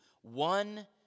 One